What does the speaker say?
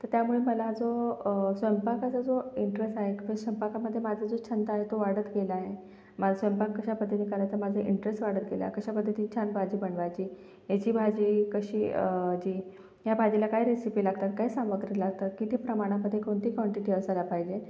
तर त्यामुळे मला जो स्वयंपाकाचा जो इंटरेस आहे की स्वयंपाकामध्ये माझा जो छंद आहे तो वाढत गेला आहे माज स्वयंपाक कशा पद्धतीनी करायचा माझा इंटरेस वाढत गेला कशा पद्धती छान भाजी बनवायची याची भाजी कशी ची या भाजीला काय रेसिपी लागतात काय सामग्री लागतात किती प्रमाणामध्ये कोणती कॉन्टिटी असायला पाहिजे